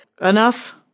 enough